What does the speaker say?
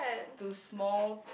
to small